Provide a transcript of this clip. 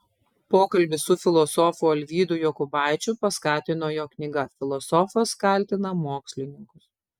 pokalbį su filosofu alvydu jokubaičiu paskatino jo knyga filosofas kaltina mokslininkus